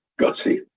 gutsy